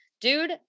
dude